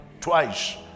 twice